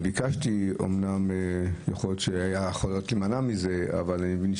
יכול להיות שיכולתי להימנע מזה אבל אני מבין